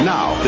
Now